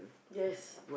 yes